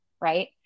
right